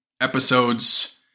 episodes